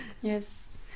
Yes